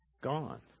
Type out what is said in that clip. Gone